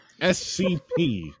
SCP